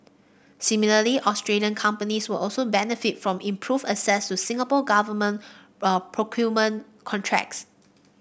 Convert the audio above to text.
similarly Australian companies will also benefit from improved access to Singapore Government procurement contracts